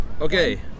okay